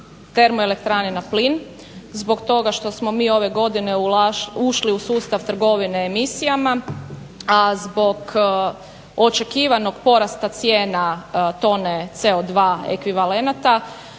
termoelektrane na plin zbog toga što smo mi ove godine ušli u sustav trgovine emisijama a zbog očekivanog porasta cijena tone CO2 ekvivalenata